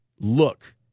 look